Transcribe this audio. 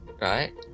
Right